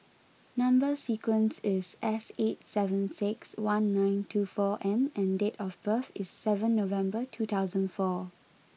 number sequence is S eight seven six one nine two four N and date of birth is seven November two thousand four